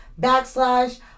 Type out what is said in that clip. backslash